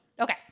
okay